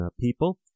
people